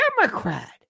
Democrat